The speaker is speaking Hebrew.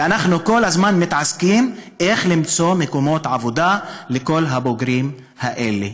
ואנחנו כל הזמן מתעסקים באיך למצוא מקומות עבודה לכל הבוגרים האלה.